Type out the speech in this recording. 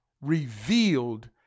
revealed